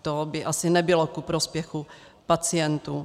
To by asi nebylo ku prospěchu pacientů.